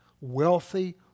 Wealthy